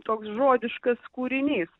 toks žmogiškas kūrinys